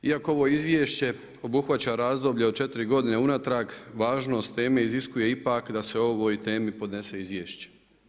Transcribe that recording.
Iako ovo izvješće obuhvaća razdoblje od četiri godine unatrag važnost teme iziskuje ipak da se o ovoj temi podnese izvješće.